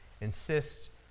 insist